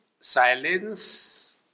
silence